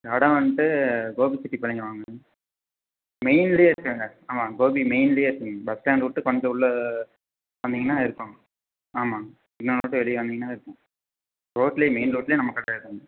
இடம் வந்ட்டு கோபிசெட்டிபாளையம் வாங்க மெயின்லையே இருக்குங்க ஆமாம் கோபி மெயின்லையே இருக்குங்க பஸ் ஸ்டாண்ட் விட்டு கொஞ்சம் உள்ள வந்தீங்கன்னா இருப்பாங்க ஆமாம் இன்னொருவாட்டி வெளியே வந்தீங்கனாவே இருக்கும் ரோட்லையே மெயின் ரோட்லையே நம்ம கடை இருக்கும்